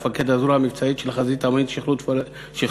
מפקד הזרוע המבצעית של "החזית העממית לשחרור פלסטין",